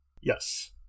Yes